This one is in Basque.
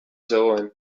zegoen